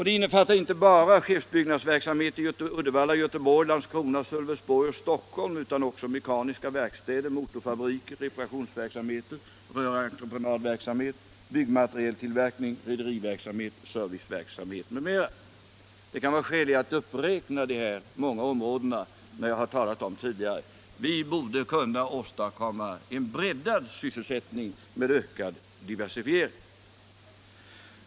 Det innefattar inte bara skeppsbyggnadsverksamhet i Uddevalla, Göteborg, Landskrona, Sölvesborg och Stockholm utan också mekaniska verkstäder, motorfabriker, reparationsverksamhet, rörentreprenadverksamhet, byggmaterieltillverkning, rederiverksamhet, serviceverksamhet m.m. Det kan vara skäl i att uppräkna dessa många områden, när jag många gånger tidigare har talat om att vi borde kunna åstadkomma en breddad sysselsättning med ökad diversifiering.